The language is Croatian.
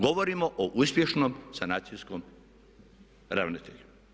Govorimo o uspješnom sanacijskom ravnatelju.